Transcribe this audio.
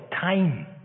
time